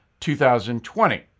2020